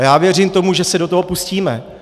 Já věřím tomu, že se do toho pustíme.